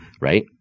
Right